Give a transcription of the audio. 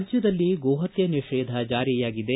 ರಾಜ್ಯದಲ್ಲಿ ಗೋಹತ್ತೆ ನಿಷೇಧ ಜಾರಿಯಾಗಿದೆ